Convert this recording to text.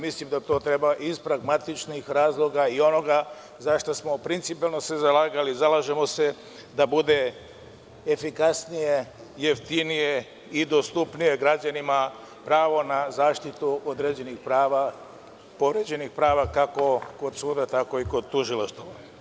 Mislim da to treba iz pragmatičnih razloga i onoga za šta smo se principijelno zalagali, a zalažemo se da bude efikasnije, jeftinije i dostupnije građanima pravo na zaštitu određenih prava, kako kod suda, tako i kod tužilaštva.